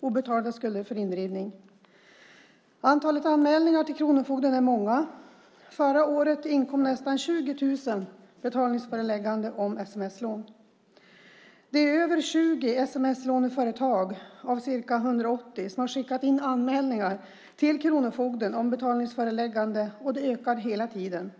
obetalda skulder för indrivning. Antalet anmälningar till kronofogden är många. Förra året inkom nästan 20 000 betalningsförelägganden om sms-lån. Det är över 20 sms-låneföretag av ca 180 som har skickat in anmälningar till kronofogden om betalningsförelägganden, och det ökar hela tiden.